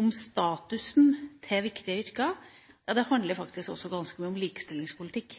om statusen til viktige yrker, ja, det handler faktisk også ganske mye om likestillingspolitikk.